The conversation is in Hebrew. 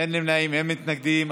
אין נמנעים, אין מתנגדים.